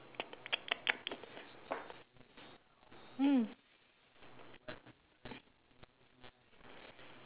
mm